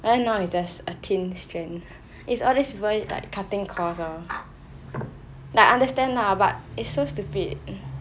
but then now is just a thin strand it's all these people like cutting costs lor like understand ah but it's so stupid